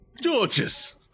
Georges